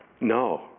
No